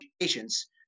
patients